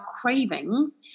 cravings